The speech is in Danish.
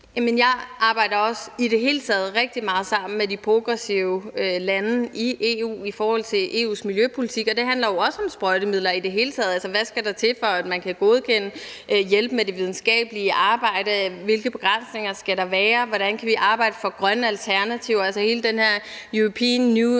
jeg arbejder i det hele taget også rigtig meget sammen med de progressive lande i EU i forhold til EU's miljøpolitik, og det handler jo også om sprøjtemidler i det hele taget: hvad der skal til, for at man kan godkende dem, hjælp med det videnskabelige arbejde, hvilke begrænsninger der skal være, og hvordan vi kan arbejde for grønne alternativer. Altså, hele den her nye European Green